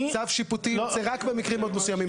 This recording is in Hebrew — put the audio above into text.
צו שיפוטי זה רק במקרים מאוד מסוימים.